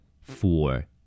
four